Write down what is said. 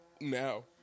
now